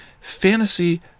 fantasy